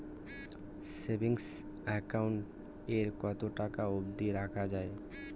Savings account এ কতো টাকা অব্দি রাখা যায়?